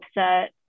upset